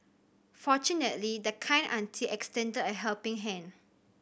fortunately the kind auntie extended a helping hand